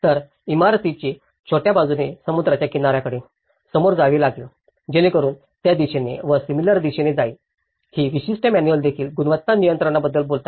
तर इमारतीचे छोट्या बाजूने समुद्राच्या किनाऱ्या कडे सामोरे जावे लागेल जेणेकरून ते दिशेने व सिमिलर दिशेने जाईल ही विशिष्ट मॅनुअल्स देखील गुणवत्ता नियंत्रणाबद्दल बोलतात